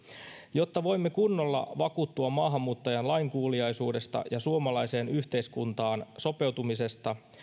jotta voimme kunnolla vakuuttua maahanmuuttajan lainkuuliaisuudesta ja suomalaiseen yhteiskuntaan sopeutumisesta